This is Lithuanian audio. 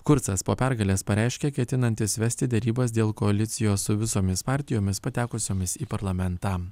kurcas po pergalės pareiškė ketinantis vesti derybas dėl koalicijos su visomis partijomis patekusiomis į parlamentą